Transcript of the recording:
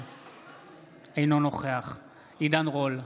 אינו נוכח עידן רול,